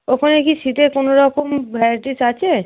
ওখানে কি শীতের কোনো রকম ভ্যারাইটিস আছে